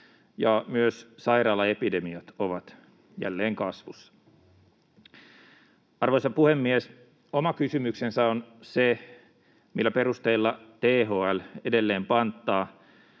Myös sairaalaepidemiat ovat jälleen kasvussa. Arvoisa puhemies! Oma kysymyksensä on se, millä perusteilla THL edelleen panttaa